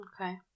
Okay